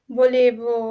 volevo